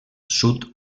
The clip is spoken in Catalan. sud